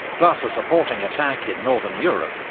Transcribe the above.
plus a supporting attack in northern europe,